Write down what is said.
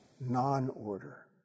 non-order